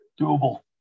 doable